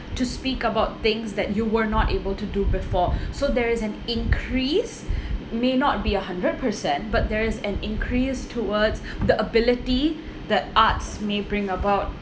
to speak about things that you were not able to do before so there is an increase may not be a hundred percent but there is an increase towards the ability that arts may bring about